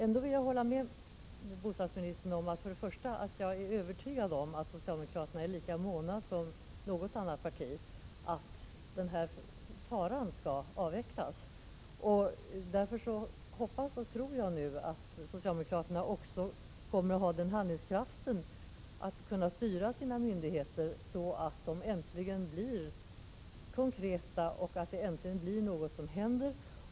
Jag vill ändå hålla med bostadsministern om att det socialdemokratiska partiet är lika månt som något annat parti om att radonfaran skall tas bort. Därför hoppas och tror jag nu att socialdemokraterna också kommer att vara så handlingskraftiga att de kan styra myndigheterna på ett sådant sätt att något äntligen händer.